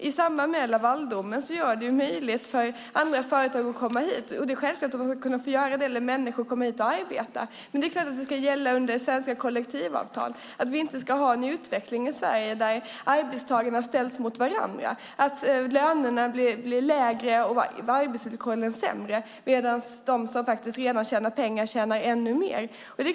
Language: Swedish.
I samband med Lavaldomen görs det möjligt för andra företag att komma hit. Det är självklart att de ska kunna få göra det eller att människor ska kunna komma hit och arbeta, men det är klart att svenska kollektivavtal ska gälla. Vi ska inte ha en utveckling i Sverige där arbetstagarna ställs mot varandra, där lönerna blir lägre och arbetsvillkoren sämre, medan de som faktiskt redan tjänar pengar tjänar ännu mer.